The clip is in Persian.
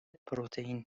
پروتئین